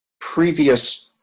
previous